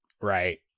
Right